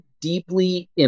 deeply